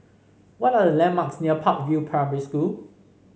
what are the landmarks near Park View Primary School